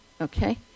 Okay